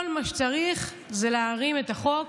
כל מה שצריך זה להרים את החוק